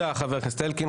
טוב, תודה חבר הכנסת אלקין.